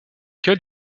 cas